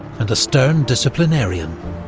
and a stern disciplinarian.